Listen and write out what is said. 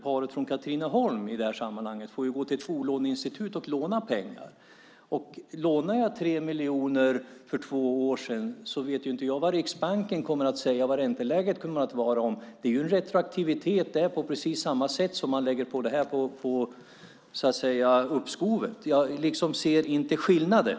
Paret från Katrineholm får ju i det här sammanhanget gå till ett bolåneinstitut och låna pengar. Om jag lånade 3 miljoner för två år sedan visste jag inte vad Riksbanken skulle säga och vad ränteläget skulle bli. Det är en ju retroaktivitet, det också, på precis samma sätt som detta med uppskovet. Jag ser liksom inte skillnaden.